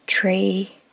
Tree